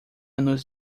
nos